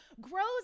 grows